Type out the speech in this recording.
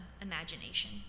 imagination